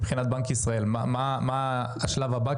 מבחינת בנק ישראל מה השלב הבא?